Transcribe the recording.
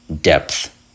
depth